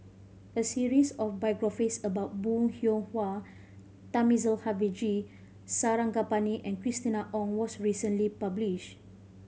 a series of biographies about Bong Hiong Hwa Thamizhavel G Sarangapani and Christina Ong was recently publish